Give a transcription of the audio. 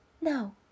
no